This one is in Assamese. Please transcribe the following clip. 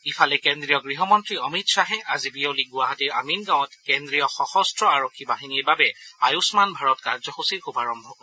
ইফালে কেন্দ্ৰীয় গৃহমন্ত্ৰী অমিত খাহে আজি বিয়লি গুৱাহাটীৰ আমিনগাঁৱত কেন্দ্ৰীয় সশস্ত্ৰ আৰক্ষী বাহিনীৰ বাবে আয়ুগ্মান ভাৰত কাৰ্যসূচীৰ শুভাৰম্ভ কৰিব